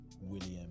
William